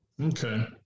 Okay